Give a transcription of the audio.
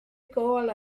gôl